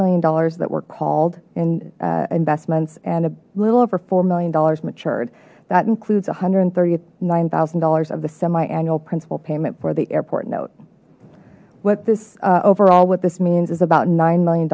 million dollars that were called in investments and a little over four million dollars matured that includes a hundred and thirty nine thousand dollars of the semi annual principal payment for the airport note what this overall what this means is about nine million